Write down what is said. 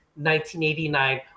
1989